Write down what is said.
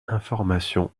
information